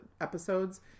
episodes